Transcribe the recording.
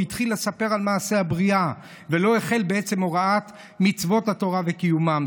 התחיל לספר על מעשה הבריאה ולא החל בעצם הוראת מצוות התורה וקיומן,